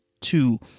two